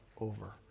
over